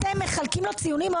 אתם מחלקים לו ציונים?